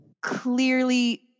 clearly